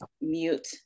mute